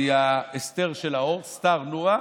ההסתר של האור, סטרנורא.